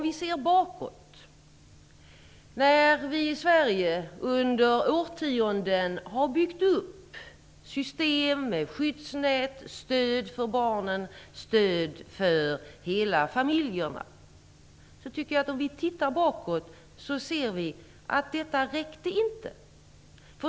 Vi har i Sverige under årtionden byggt upp ett system med skyddsnät, stöd för barnen och stöd för hela familjerna. Om vi tittar bakåt, ser vi att det inte räckte.